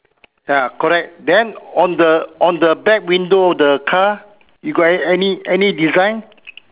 ya correct then on the on the back window the car you got any any design